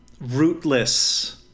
rootless